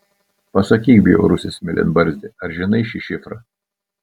pasakyk bjaurusis mėlynbarzdi ar žinai šį šifrą